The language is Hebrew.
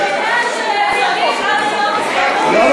עד היום,